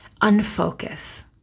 unfocus